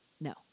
No